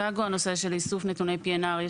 הנושא של איסוף נתוני API מחויב על פי אמנת שיקגו.